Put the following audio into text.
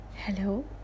Hello